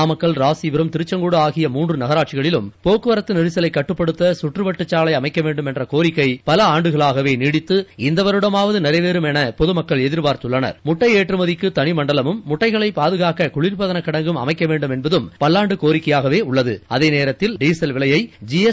நாமக்கல் இராசிபுரம் திருச்செங்கோடு ஆகிய மூன்று நகராட்சிகளிலும் போக்குவரத்து நெரிசலை கட்டுப்படுத்த சுற்று வட்டச் சாலை அமைக்க வேண்டும் என்ற கோரிக்கை பல ஆண்டுகளாக நீடித்து வந்து இந்த வருடமாவது நிறைவேறுமா என பொதுமக்கள் எதிர்பார்க்கின்றனர்முட்டை ஏற்றுமதிக்கு தனி மண்டலமும் முட்டைகளை பாதுகாக்க குளிர்பதன கிடங்கும் அமைக்க வேண்டும் என்பது கோரிக்கையாகவேஉள்ளது அதே நேரத்தில் டீசல் விலையை கட்டுக்குள்